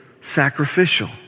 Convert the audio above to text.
sacrificial